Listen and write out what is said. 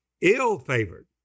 ill-favored